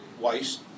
waste